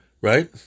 Right